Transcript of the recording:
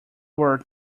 were